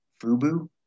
FUBU